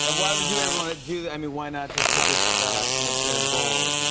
and why would you ever want to do that? i mean, why not just put this in ah in a bowl or and